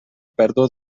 pèrdua